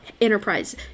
Enterprise